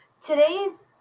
Today's